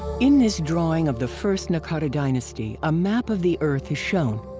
in this drawing of the first naqada dynasty, a map of the earth is shown.